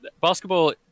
basketball